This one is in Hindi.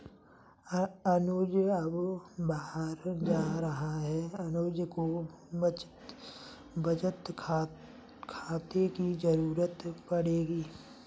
अनुज अब बाहर जा रहा है अनुज को बचत खाते की जरूरत पड़ेगी